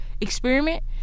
experiment